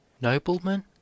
Noblemen